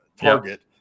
target